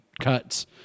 cuts